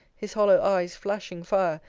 his hollow eyes flashing fire,